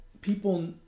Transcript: People